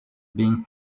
being